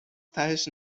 تهش